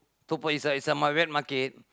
Toa-Payoh it's a it's a wet market